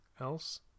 else